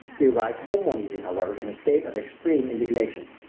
he arrived home one evening, however, in a state of extreme indignation.